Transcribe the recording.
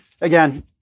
Again